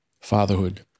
fatherhood